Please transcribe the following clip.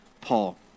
Paul